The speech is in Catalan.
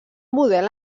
model